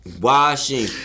Washing